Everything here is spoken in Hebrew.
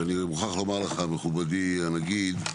ואני מוכרח לומר לך מכובדי הנגיד,